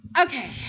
Okay